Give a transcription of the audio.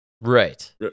Right